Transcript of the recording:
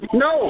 no